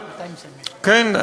כן,